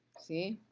see?